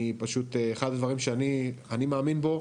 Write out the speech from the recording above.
ואחד הדברים שאני מאמין בו,